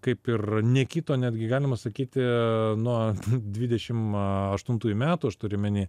kaip ir nekito netgi galima sakyti nuo dvidešim aštuntųjų metų aš turiu omeny